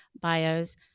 bios